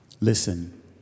listen